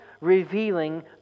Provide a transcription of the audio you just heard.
revealing